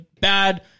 bad